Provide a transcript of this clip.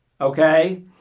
Okay